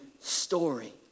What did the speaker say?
story